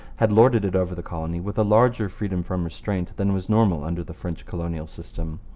had lorded it over the colony with a larger freedom from restraint than was normal under the french colonial system.